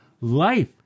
Life